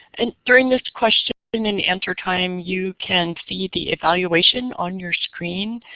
and during this question and and answer time, you can see the evaluation on your screen.